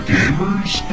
Gamers